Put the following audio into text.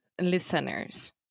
listeners